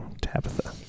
Tabitha